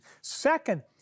Second